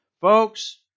Folks